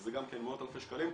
שזה גם מאות אלפי שקלים,